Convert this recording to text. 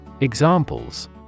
Examples